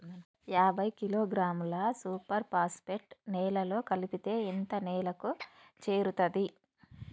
యాభై కిలోగ్రాముల super phosphate నేలలో కలిపితే ఎంత నేలకు చేరుతది?